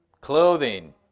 Clothing